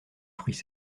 fruits